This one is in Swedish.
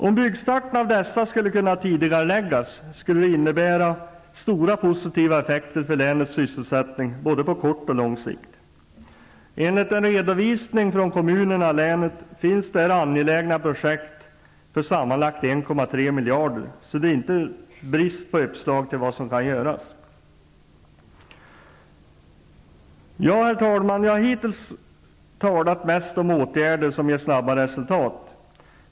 Om byggstarten av dessa skulle kunna tidigareläggas skulle det innebära stora positiva effekter för länets sysselsättning på både kort och lång sikt. Enligt en redovisning från länets kommuner finns det angelägna projekt för sammanlagt 1,3 miljarder. Det är alltså inte brist på uppslag till vad som kan göras. Herr talman! Jag har hittills talat mest om åtgärder som snabbt ger resultat.